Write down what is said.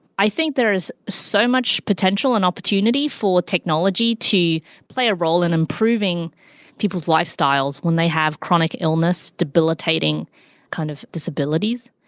i think there is so much potential and opportunity for technology to play a role in improving people's lifestyles when they have chronic illness, debilitating kind of disabilities.